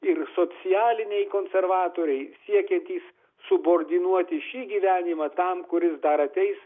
ir socialiniai konservatoriai siekiantys subordinuoti šį gyvenimą tam kuris dar ateis